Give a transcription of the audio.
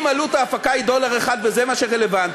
אם עלות ההפקה היא דולר אחד וזה מה שרלוונטי,